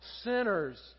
sinners